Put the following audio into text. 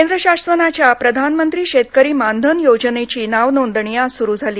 केंद्र शासनाच्या प्रधानमंत्री शेतकरी मानधन योजनेची नावनोंदणी आज सुरू झाली